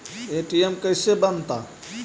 ATM कैसे बनता?